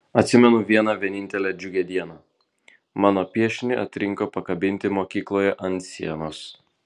atsimenu vieną vienintelę džiugią dieną mano piešinį atrinko pakabinti mokykloje ant sienos